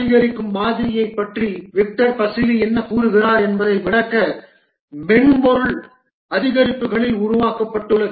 அதிகரிக்கும் மாதிரியைப் பற்றி விக்டர் பசிலி என்ன கூறுகிறார் என்பதை விளக்க மென்பொருள் அதிகரிப்புகளில் உருவாக்கப்பட்டுள்ளது